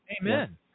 Amen